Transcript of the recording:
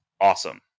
awesome